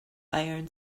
iron